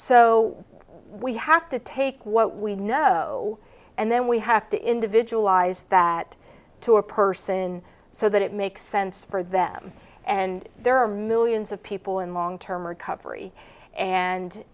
so we have to take what we know and then we have to individualize that to a person so that it makes sense for them and there are millions of people in long term recovery and